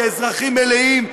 כאזרחים מלאים,